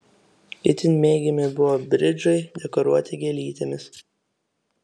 itin mėgiami buvo bridžai dekoruoti gėlytėmis